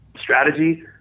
strategy